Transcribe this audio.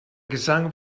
gesang